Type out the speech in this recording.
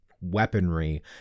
weaponry